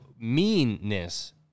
meanness